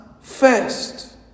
first